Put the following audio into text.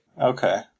Okay